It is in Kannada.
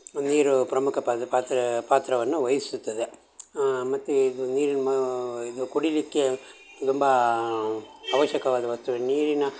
ನೀರು ಪ್ರಮುಖ ಪಾತ್ ಪಾತ್ರ ಪಾತ್ರವನ್ನು ವಹಿಸುತ್ತದೆ ಮತ್ತು ಇದು ನೀರಿನ ಮ ಇದು ಕುಡಿಲಿಕ್ಕೆ ತುಂಬ ಅವಶ್ಯಕವಾದ ವಸ್ತುವೇ ನೀರಿನ